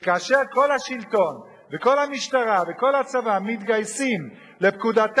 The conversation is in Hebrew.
וכאשר כל השלטון וכל המשטרה וכל הצבא מתגייסים לפקודתה